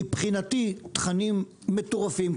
מבחינתי תכנים מטורפים.